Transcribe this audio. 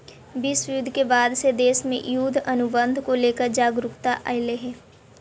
विश्व युद्ध के बाद से देश में युद्ध अनुबंध को लेकर जागरूकता अइलइ हे